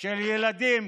של ילדים,